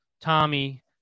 Tommy